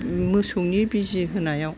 मोसौनि बिजि होनायाव